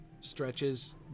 stretches